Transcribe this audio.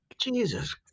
Jesus